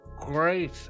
great